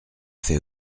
fait